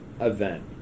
event